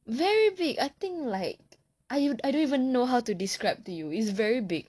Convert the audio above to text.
very big I think like I I don't even know how to describe to you it's very big